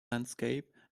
landscape